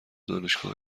دانشگاه